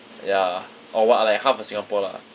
ya or what like half of singapore lah